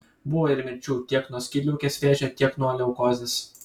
buvo ir mirčių tiek nuo skydliaukės vėžio tiek nuo leukozės